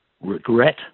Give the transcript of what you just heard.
regret